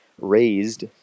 raised